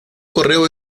correo